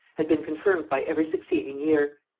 had been confirmed by every succeeding year.